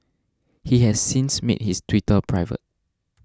he has since made his Twitter private